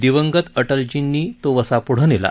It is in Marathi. दिवंगत अटलर्जींनी तो वसा प्ढं नेला